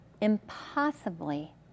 impossibly